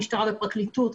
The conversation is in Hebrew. המשטרה והפרקליטות,